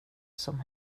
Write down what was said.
som